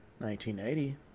1980